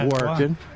working